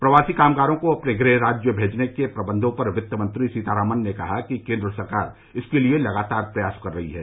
प्रवासी कामगारों को अपने गृह राज्य भेजने के प्रबंधों पर वित्त मंत्री सीतारामन ने कहा कि केंद्र सरकार इसके लिए लगातार प्रयास कर रही है